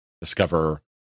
discover